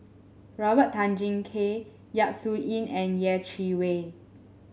Robert Tan Jee Keng Yap Su Yin and Yeh Chi Wei